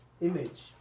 image